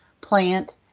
plant